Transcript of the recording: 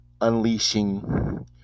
unleashing